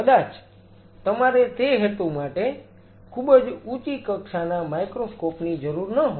કદાચ તમારે તે હેતુ માટે ખૂબ જ ઊંચી કક્ષાના માઈક્રોસ્કોપ ની જરૂર ન હોય